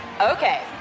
Okay